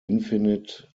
infinite